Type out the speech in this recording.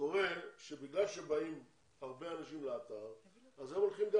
קורה שבגלל שבאים הרבה אנשים לאתר אז הם הולכים גם